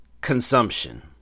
consumption